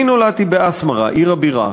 אני נולדתי באסמרה, עיר הבירה.